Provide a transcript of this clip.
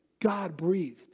God-breathed